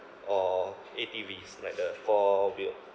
or A_T_Vs like the four wheeled